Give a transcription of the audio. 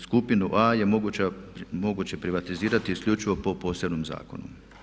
Skupinu A je moguće privatizirati isključivo po posebnom zakonu.